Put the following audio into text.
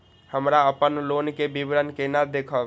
हमरा अपन लोन के विवरण केना देखब?